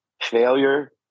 failure